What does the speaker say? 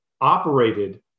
operated